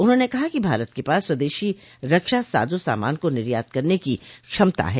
उन्होंने कहा कि भारत के पास स्वदेशी रक्षा साजो सामान को निर्यात करने की क्षमता है